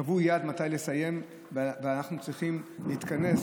קבעו יעד מתי לסיים ואנחנו צריכים להתכנס.